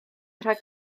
rhag